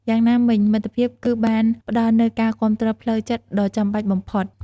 យ៉ាងណាមិញមិត្តភាពគឺបានផ្ដល់នូវការគាំទ្រផ្លូវចិត្ត ដ៏ចាំបាច់បំផុត។